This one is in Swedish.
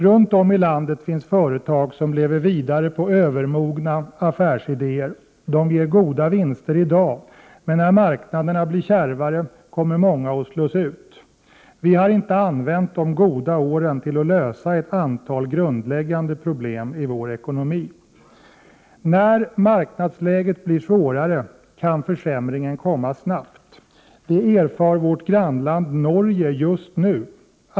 Runt om i landet finns företag som lever vidare på övermogna affärsidéer. De ger goda vinster i dag, men när marknaderna blir kärvare kommer många att slås ut. Vi har inte använt de goda åren till att lösa ett antal grundläggande problem i vår ekonomi. När marknadsläget blir svårare kan försämringen komma snabbt. Det erfar vårt grannland Norge just nu.